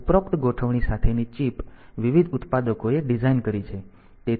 ઉપરોક્ત ગોઠવણી સાથેની ચિપ વિવિધ ઉત્પાદકોએ ડિઝાઇન કરી છે